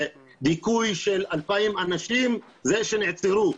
זה דיכוי של 2,000 אנשים אלה שנעצרו.